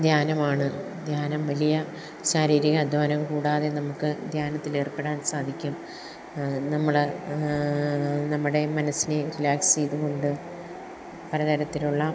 ധ്യാനമാണ് ധ്യാനം വലിയ ശാരീരിക അധ്വാനം കൂടാതെ നമുക്ക് ധ്യാനത്തിലേർപ്പെടാൻ സാധിക്കും നമ്മൾ നമ്മുടെ മനസ്സിനെ റിലാക്സ് ചെയ്തുകൊണ്ട് പല തരത്തിലുള്ള